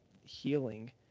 healing